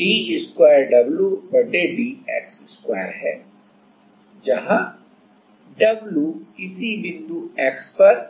d2wdx2 है जहां w किसी बिंदु x पर